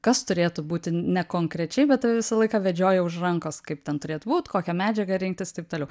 kas turėtų būti ne konkrečiai bet tave visą laiką vedžioja už rankos kaip ten turėtų būt kokią medžiagą rinktis taip toliau